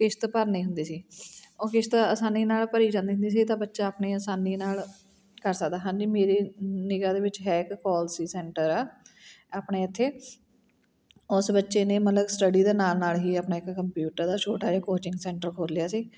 ਕਿਸ਼ਤ ਭਰਨੀ ਹੁੰਦੀ ਸੀ ਉਹ ਕਿਸ਼ਤ ਅਸਾਨੀ ਨਾਲ ਭਰੀ ਜਾਂਦੀ ਹੁੰਦੀ ਸੀ ਤਾਂ ਬੱਚਾ ਆਪਣੀ ਆਸਾਨੀ ਨਾਲ ਕਰ ਸਕਦਾ ਹਾਂਜੀ ਮੇਰੀ ਨਿਗਾਹ ਦੇ ਵਿੱਚ ਹੈ ਇੱਕ ਕੋਲ ਸੀ ਸੈਂਟਰ ਆ ਆਪਣੇ ਇੱਥੇ ਉਸ ਬੱਚੇ ਨੇ ਮਤਲਬ ਸਟੱਡੀ ਦੇ ਨਾਲ ਨਾਲ ਹੀ ਆਪਣਾ ਇੱਕ ਕੰਪਿਊਟਰ ਦਾ ਛੋਟਾ ਜਿਹਾ ਕੋਚਿੰਗ ਸੈਂਟਰ ਖੋਲ੍ਹਿਆ ਸੀ